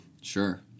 Sure